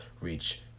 reach